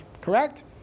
Correct